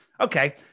Okay